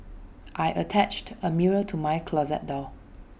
I attached A mirror to my closet door